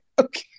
Okay